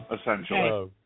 Essentially